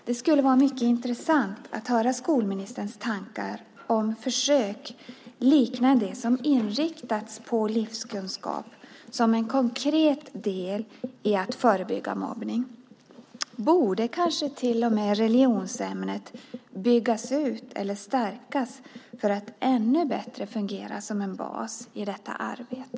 Det skulle vara mycket intressant att höra skolministerns tankar om försök liknande det som inriktats på livskunskap som en konkret del i att förebygga mobbning. Borde kanske till och med religionsämnet byggas ut eller stärkas för att ännu bättre fungera som en bas i detta arbete?